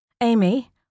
Amy